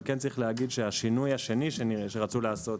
אבל כן צריך להגיד שהשינוי השני שרצו לעשות,